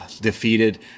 defeated